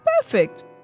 perfect